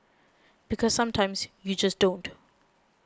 because sometimes you just don't